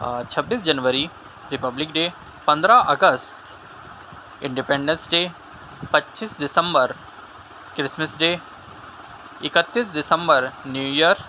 چھبیس جنوری Republic Day پندرہ اگست انڈیپنڈنس ڈے پچیس دسمبر کرسمس ڈے اکتیس دسمبر نیو ایئر